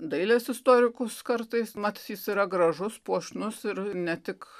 dailės istorikus kartais mat jis yra gražus puošnus ir ne tik